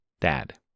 Dad